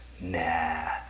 Nah